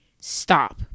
stop